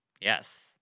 Yes